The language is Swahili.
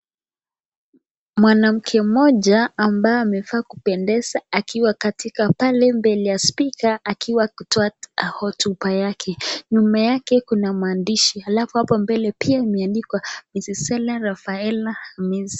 Mwanamke moja ambaye amekaa akiwa pale mbele ya spika akiwa kutoa hotuba yake, nyuma yake kuna maandishi alafu hapo mbele pia imeandikwa Ms Helene rafaela namisi.